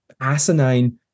asinine